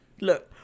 Look